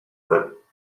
that